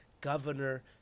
governor